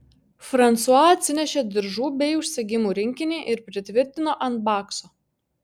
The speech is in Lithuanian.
fransua atsinešė diržų bei užsegimų rinkinį ir pritvirtino ant bakso